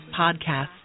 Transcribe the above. Podcast